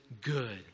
good